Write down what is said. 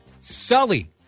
Sully